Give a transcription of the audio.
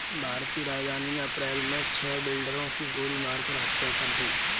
भारत की राजधानी में अप्रैल मे छह बिल्डरों की गोली मारकर हत्या कर दी है